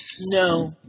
no